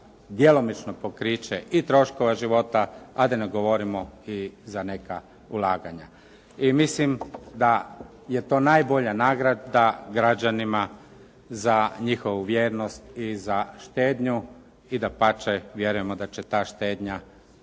djelomično pokriće i troškova života, a da ne govorimo i za neka ulaganja. I mislim da je to najbolja nagrada građanima za njihovu vjernost i za štednju i dapače vjerujemo da će ta štednja